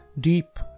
deep